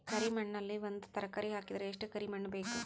ಕರಿ ಮಣ್ಣಿನಲ್ಲಿ ಒಂದ ತರಕಾರಿ ಹಾಕಿದರ ಎಷ್ಟ ಕರಿ ಮಣ್ಣು ಬೇಕು?